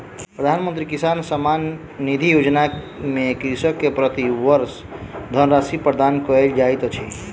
प्रधानमंत्री किसान सम्मान निधि योजना में कृषक के प्रति वर्ष धनराशि प्रदान कयल जाइत अछि